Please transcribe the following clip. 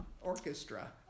orchestra